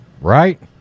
right